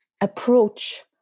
approach